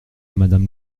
madame